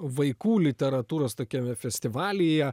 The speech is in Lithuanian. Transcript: vaikų literatūros tokiame festivalyje